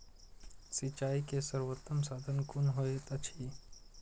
सिंचाई के सर्वोत्तम साधन कुन होएत अछि?